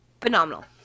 phenomenal